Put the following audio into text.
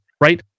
Right